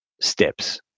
steps